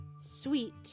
sweet